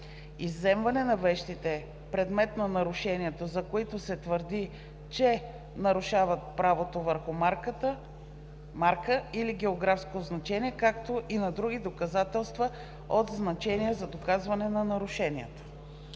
изземване на вещите, предмет на нарушението, за които се твърди, че неправомерно носят нарушават правото върху марка или географско означение, както и на други доказателства от значение за доказване на нарушението;“